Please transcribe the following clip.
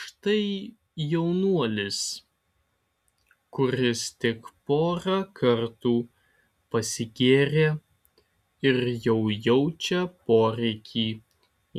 štai jaunuolis kuris tik porą kartų pasigėrė ir jau jaučia poreikį